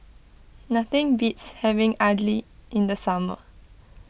nothing beats having Idly in the summer